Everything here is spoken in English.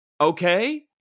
okay